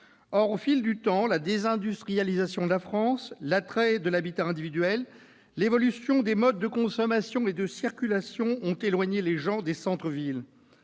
Or, au fil du temps, la désindustrialisation de la France, l'attrait de l'habitat individuel, l'évolution des modes de consommation et de circulation ont éloigné les gens des centres-villes.